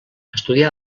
estudià